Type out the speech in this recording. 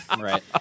Right